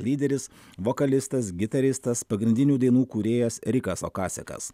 lyderis vokalistas gitaristas pagrindinių dainų kūrėjas rikas okasekas